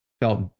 felt